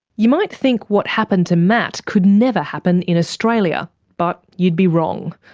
you might think what happened to matt could never happen in australia, but you'd be wrong.